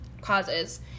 causes